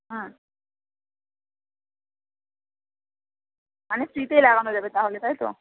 হ্যাঁ মানে ফ্রিতেই লাগানো যাবে তাহলে তাই তো